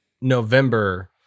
November